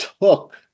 took